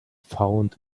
found